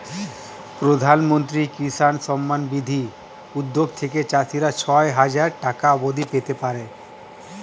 প্রধানমন্ত্রী কিষান সম্মান নিধি উদ্যোগ থেকে চাষিরা ছয় হাজার টাকা অবধি পেতে পারে